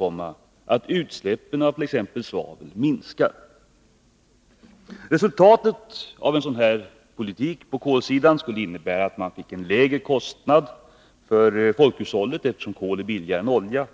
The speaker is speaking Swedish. olja skall utsläppen av bl.a. svavel minskas. Resultatet av en sådan kolpolitik skulle bli, att man fick en lägre kostnad för folkhushållet, eftersom kol är billigare än olja.